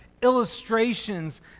illustrations